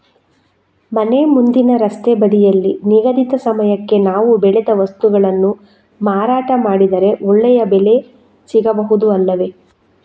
ಮನೆ ಮುಂದಿನ ರಸ್ತೆ ಬದಿಯಲ್ಲಿ ನಿಗದಿತ ಸಮಯಕ್ಕೆ ನಾವು ಬೆಳೆದ ವಸ್ತುಗಳನ್ನು ಮಾರಾಟ ಮಾಡಿದರೆ ಒಳ್ಳೆಯ ಬೆಲೆ ಸಿಗಬಹುದು ಅಲ್ಲವೇ?